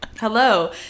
Hello